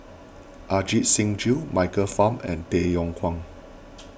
Ajit Singh Gill Michael Fam and Tay Yong Kwang